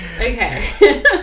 Okay